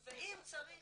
ואם צריך טיפה,